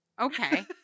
Okay